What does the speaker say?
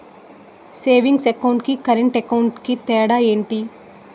Savings account కి current account కి తేడా ఏమిటి?